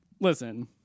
listen